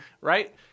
right